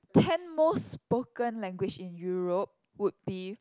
ten most spoken language in Europe would be